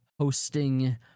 hosting